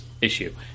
issue